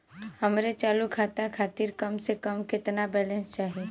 हमरे चालू खाता खातिर कम से कम केतना बैलैंस चाही?